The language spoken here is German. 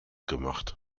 gemacht